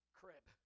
crib